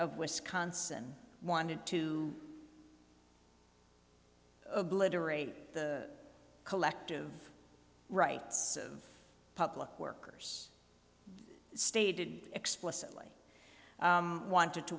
of wisconsin wanted to obliterate the collective rights of public workers stated explicitly wanted to